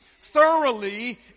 thoroughly